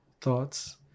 thoughts